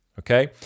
Okay